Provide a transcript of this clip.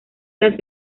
las